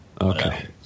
Okay